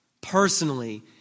personally